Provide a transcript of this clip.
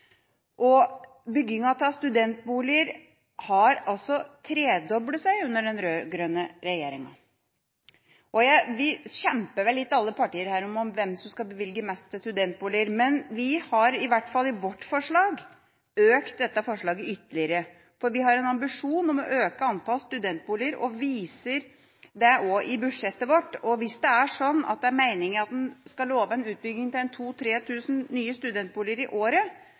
2013. Byggingen av studentboliger har tredoblet seg under den rød-grønne regjeringa. Alle partier her kjemper vel litt om hvem som skal bevilge mest til studentboliger, men vi har i hvert fall i vårt forslag økt dette tallet ytterligere. For vi har en ambisjon om å øke antallet studentboliger og viser dette også i budsjettet vårt. Hvis det er sånn at en lover en utbygging av 2 000–3 000 nye studentboliger i året,